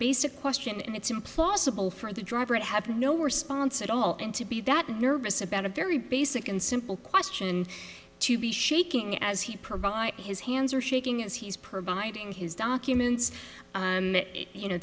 basic question and it's implausible for the driver it happened no response at all and to be that nervous about a very basic and simple question to be shaking as he provides his hands are shaking as he's providing his documents you know